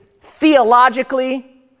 theologically